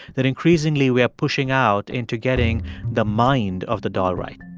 that increasingly we are pushing out into getting the mind of the doll right